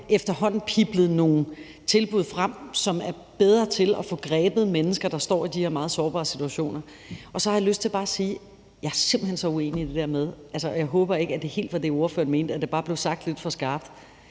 efterhånden er piblet nogle tilbud frem, som er bedre til at få grebet mennesker, der står i de her meget sårbare situationer. Så har jeg lyst til bare at sige: Jeg er simpelt hen så uenig i det der med – og jeg håber ikke, at det helt var det, ordføreren mente, men at det bare blev sagt lidt for skarpt